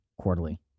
quarterly